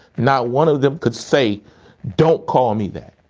not one of them could say don't call me that.